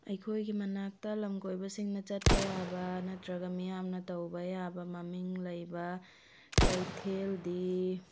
ꯑꯩꯈꯣꯏꯒꯤ ꯃꯅꯥꯛꯇ ꯂꯝ ꯀꯣꯏꯕꯁꯤꯡꯅ ꯆꯠꯄ ꯌꯥꯕ ꯅꯠꯇ꯭ꯔꯒ ꯃꯤꯌꯥꯝꯅ ꯇꯧꯕ ꯌꯥꯕ ꯃꯃꯤꯡ ꯂꯩꯕ ꯀꯩꯊꯦꯜꯗꯤ